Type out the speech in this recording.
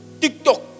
TikTok